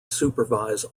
supervise